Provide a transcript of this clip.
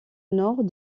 nord